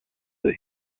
the